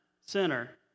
center